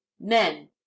men